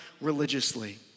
religiously